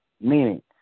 meaning